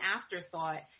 afterthought